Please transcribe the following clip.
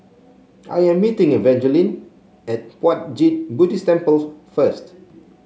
I am meeting Evangeline at Puat Jit Buddhist Temple first